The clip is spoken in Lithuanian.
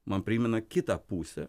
man primena kitą pusę